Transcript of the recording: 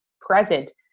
present